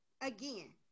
again